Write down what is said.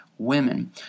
Women